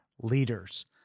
leaders